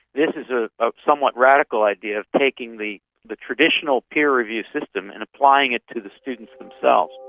this is a ah somewhat radical idea of taking the the traditional peer review system and applying it to the students themselves.